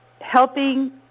helping